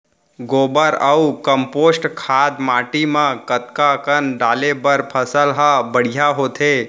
गोबर अऊ कम्पोस्ट खाद माटी म कतका कन डाले बर फसल ह बढ़िया होथे?